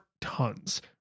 tons